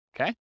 Okay